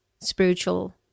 spiritual